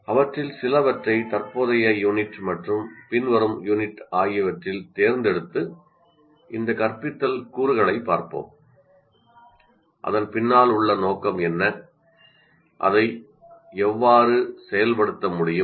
அவற்றில் சிலவற்றை தற்போதைய யூனிட் மற்றும் பின்வரும் யூனிட் ஆகியவற்றில் தேர்ந்தெடுத்து இந்த கற்பித்தல் கூறுகளைப் பார்ப்போம் அதன் பின்னால் உள்ள நோக்கம் என்ன அதை எவ்வாறு செயல்படுத்த முடியும்